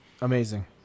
amazing